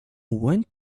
went